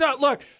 Look